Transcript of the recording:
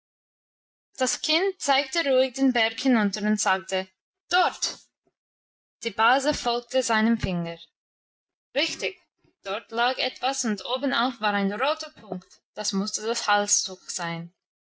das kind zeigte ruhig den berg hinunter und sagte dort die base folgte seinem finger richtig dort lag etwas und obenauf war ein roter punkt das musste das halstuch sein